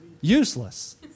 Useless